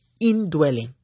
indwelling